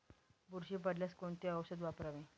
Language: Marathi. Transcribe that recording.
बुरशी पडल्यास कोणते औषध वापरावे?